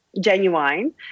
genuine